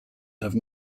have